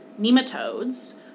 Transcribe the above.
nematodes